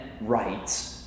rights